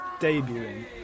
debuting